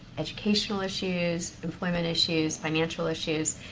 educational issues, employment issues, financial issues?